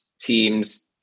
teams